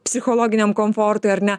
psichologiniam komfortui ar ne